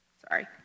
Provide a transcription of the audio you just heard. sorry